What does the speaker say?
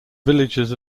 villages